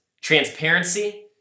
transparency